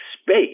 space